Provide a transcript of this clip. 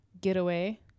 getaway